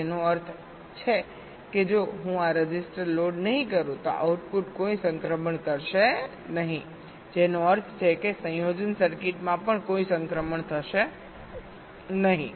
જેનો અર્થ છે કે જો હું આ રજિસ્ટર લોડ નહીં કરું તો આઉટપુટ કોઈ સંક્રમણ કરશે નહીં જેનો અર્થ છે કે સંયોજન સર્કિટમાં પણ કોઈ સંક્રમણ થશે નહીં